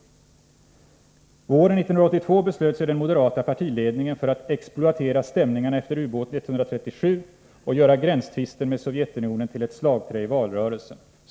Våren 1982 beslöt sig den moderata partiledningen för att exploatera stämningarna efter ubåt ”137” och göra gränstvisten med Sovjetunionen till ett slagträ i valrörelsen.